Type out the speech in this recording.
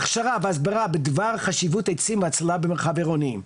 הכשרה והסברה בדבר חשיבות עצים והצללה במרחב עירוני.